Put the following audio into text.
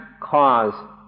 cause